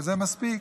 וזה מספיק.